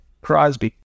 Crosby